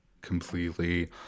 completely